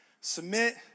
Submit